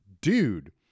dude